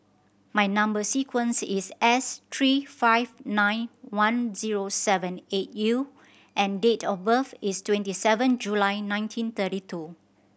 my number sequence is S three five nine one zero seven eight U and date of birth is twenty seven July nineteen thirty two